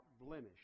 blemish